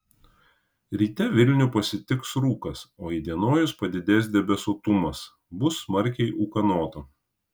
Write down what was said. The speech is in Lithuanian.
ryte vilnių pasitiks rūkas o įdienojus padidės debesuotumas bus smarkiai ūkanota